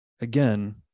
Again